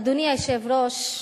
אדוני היושב-ראש,